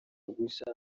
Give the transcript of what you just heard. gushya